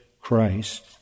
Christ